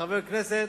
כחבר כנסת,